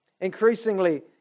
Increasingly